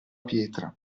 pietra